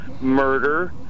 murder